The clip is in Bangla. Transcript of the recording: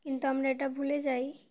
কিন্তু আমরা এটা ভুলে যাই